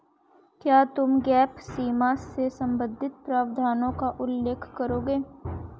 क्या तुम गैप सीमा से संबंधित प्रावधानों का उल्लेख करोगे?